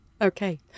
Okay